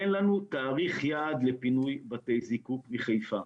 אין לנו תאריך יעד לפינוי בתי הזיקוק מחיפה.